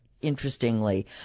interestingly